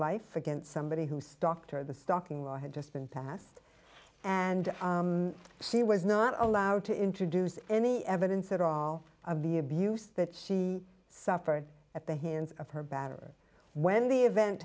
life against somebody who stalked her the stocking or had just been passed and she was not allowed to introduce any evidence at all of the abuse that she suffered at the hands of her batterer when the event